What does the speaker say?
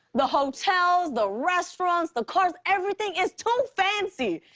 the hotels, the restaurants, the cars, everything is too fancy!